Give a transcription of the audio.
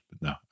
No